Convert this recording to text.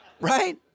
Right